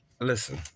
Listen